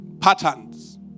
patterns